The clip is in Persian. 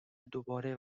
دوباره